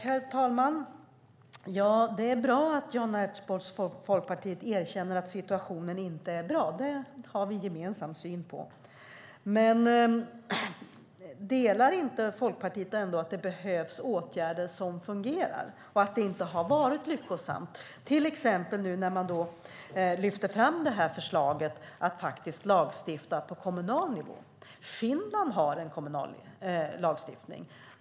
Herr talman! Det är bra att Jan Ertsborns Folkpartiet erkänner att situationen inte är bra. Det har vi en gemensam syn på. Men delar inte Folkpartiet ändå synen att det behövs åtgärder som fungerar och att det inte har varit lyckosamt, till exempel nu när man lyfte fram förslaget att faktiskt lagstifta på kommunal nivå? Finland har en kommunal lagstiftning.